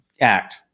act